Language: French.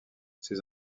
ces